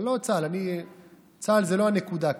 אבל צה"ל הוא לא הנקודה כאן.